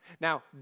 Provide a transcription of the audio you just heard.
Now